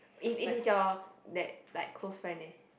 if it's it's your that like close friend eh